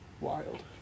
Wild